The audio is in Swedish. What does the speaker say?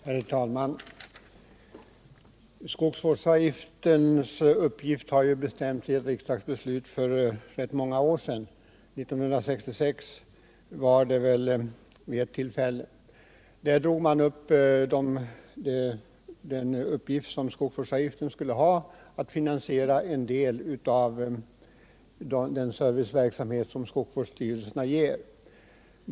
Herr talman! Skogsvårdsavgiftens uppgift har bestämts i ett riksdagsbeslut för rätt många år sedan. 1966 var det väl som man beslöt att skogsvårdsavgift skulle tas ut för att finansiera en del av den serviceverksamhet som skogsvårdsstyrelserna ger.